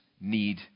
need